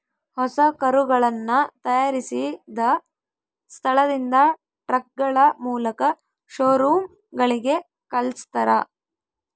ಹೊಸ ಕರುಗಳನ್ನ ತಯಾರಿಸಿದ ಸ್ಥಳದಿಂದ ಟ್ರಕ್ಗಳ ಮೂಲಕ ಶೋರೂಮ್ ಗಳಿಗೆ ಕಲ್ಸ್ತರ